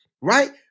right